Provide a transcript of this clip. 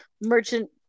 merchant